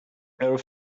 air